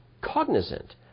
cognizant